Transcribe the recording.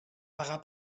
pagar